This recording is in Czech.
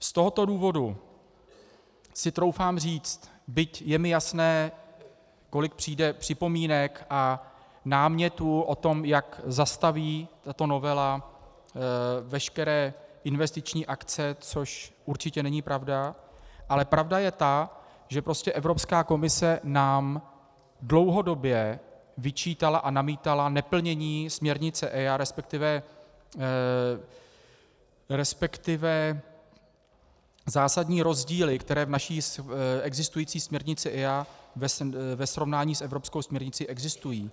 Z tohoto důvodu si troufám říct, byť je mi jasné, kolik přijde připomínek a námětů o tom, jak zastaví tato novela veškeré investiční akce, což určitě není pravda, ale pravda je ta, že Evropská komise nám dlouhodobě vyčítala a namítla neplnění směrnice EIA, respektive zásadní rozdíly, které v naší existující směrnici EIA ve srovnání s evropskou směrnicí existují.